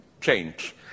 change